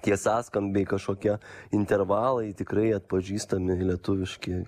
tie sąskambiai kažkokie intervalai tikrai atpažįstami lietuviški